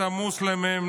המוסלמים,